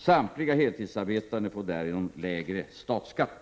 Samtliga heltidsarbetande får därigenom lägre statsskatt.